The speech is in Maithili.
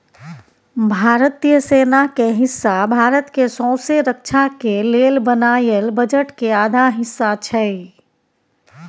भारतीय सेना के हिस्सा भारत के सौँसे रक्षा के लेल बनायल बजट के आधा हिस्सा छै